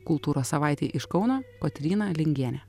kultūros savaitei iš kauno kotryna lingienė